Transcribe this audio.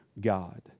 God